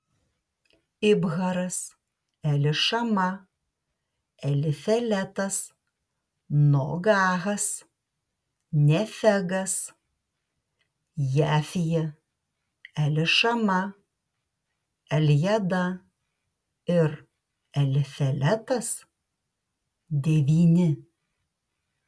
ibharas elišama elifeletas nogahas nefegas jafija elišama eljada ir elifeletas devyni